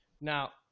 Now